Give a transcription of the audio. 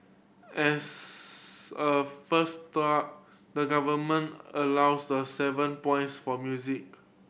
as a first up the Government allows the seven points for music